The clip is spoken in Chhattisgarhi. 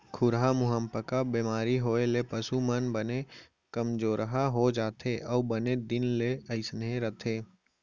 खुरहा मुहंपका बेमारी होए ले पसु मन बने कमजोरहा हो जाथें अउ बने दिन ले अइसने रथें